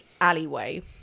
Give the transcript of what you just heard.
alleyway